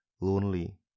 lonely